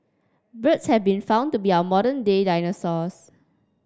birds have been found to be our modern day dinosaurs